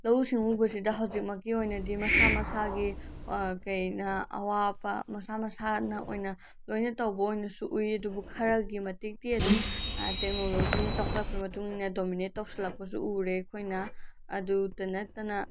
ꯂꯧꯎ ꯁꯤꯡꯎꯕꯁꯤꯗ ꯍꯧꯖꯤꯛꯃꯛꯀꯤ ꯑꯣꯏꯅꯗꯤ ꯃꯁꯥ ꯃꯁꯥꯒꯤ ꯀꯩ ꯑꯋꯥꯕ ꯃꯁꯥ ꯃꯁꯥꯅ ꯑꯣꯏꯅ ꯂꯣꯏꯅ ꯇꯧꯕ ꯑꯣꯏꯅꯁꯨ ꯎꯏ ꯑꯗꯨꯕꯨ ꯈꯔꯒꯤ ꯃꯇꯤꯛꯇꯤ ꯑꯗꯨꯝ ꯇꯦꯛꯅꯣꯂꯣꯖꯤꯅ ꯆꯥꯎꯈꯠꯂꯛꯄꯒꯤ ꯃꯇꯨꯡ ꯏꯟꯅ ꯗꯣꯃꯤꯅꯦꯠ ꯇꯧꯁꯤꯜꯂꯛꯄꯁꯨ ꯎꯔꯦ ꯑꯩꯈꯣꯏꯅ ꯑꯗꯨꯗ ꯅꯠꯇꯅ